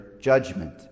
judgment